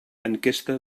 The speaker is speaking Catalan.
enquesta